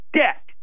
debt